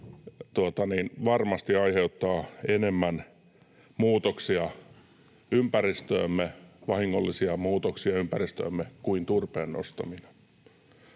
varmasti aiheuttaa enemmän vahingollisia muutoksia ympäristöömme kuin turpeen nostaminen.